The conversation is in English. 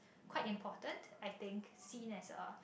quite important I think since as a